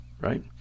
right